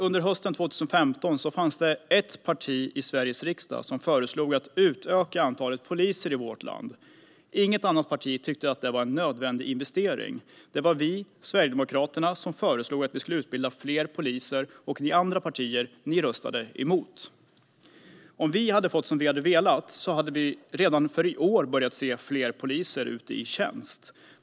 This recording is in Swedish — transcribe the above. Under hösten 2015 fanns ett parti i Sveriges riksdag som föreslog att antalet poliser skulle utökas i vårt land. Inget annat parti tyckte att det var en nödvändig investering. Det var vi, Sverigedemokraterna, som föreslog att fler poliser skulle utbildas, och ni andra partier röstade emot. Om vi hade fått som vi hade velat hade det redan i år börjat synas fler poliser ute i tjänst.